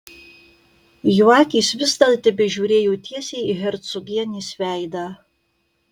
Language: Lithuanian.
jo akys vis dar tebežiūrėjo tiesiai į hercogienės veidą